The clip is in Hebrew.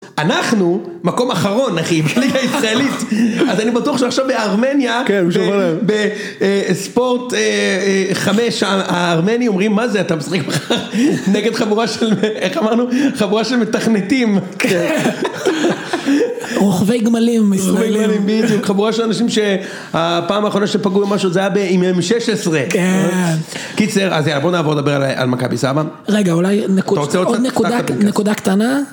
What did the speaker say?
אנחנו מקום אחרון אחי בליגה הישראלית, אז אני בטוח שעכשיו בארמניה, בספורט 5 הארמני אומרים מה זה אתה משחק בכלל, נגד חבורה של איך אמרנו חבורה של מתכנתים, רוכבי גמלים, חבורה של אנשים שהפעם האחרונה שפגעו עם משהו זה היה עם 16M, קיצר אז יאללה בוא נעבור לדבר על מכבי סבא, רגע אולי עוד נקודה קטנה.